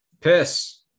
piss